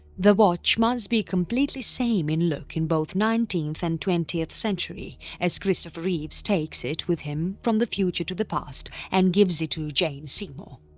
the watch must be completely same in look in both nineteenth and twentieth centuries, as christopher reeves takes it with him from the future to the past and gives it to jane seymour.